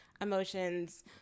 emotions